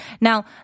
Now